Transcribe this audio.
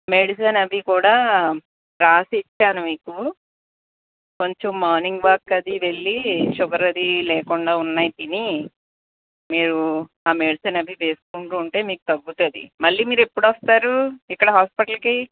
medicine అవికూడా రాసి ఇస్తాను మీకు కొంచెం మార్నింగ్ వాక్ అది వెళ్ళి షుగర్ అది లేకుండా ఉన్నవి తిని మీరు ఆ మెడిసిన్ అవి వేసుకుంటూ ఉంటే మీకు తగ్గుతుంది మళ్ళీ మీరు ఎప్పుడు వస్తారూ ఇక్కడ హాస్పిటల్కి